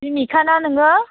रिनिका ना नोङो